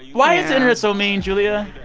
why is the internet so mean, julia?